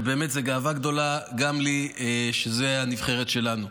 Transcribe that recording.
ובאמת זו גאווה גדולה גם לי שזו הנבחרת שלנו.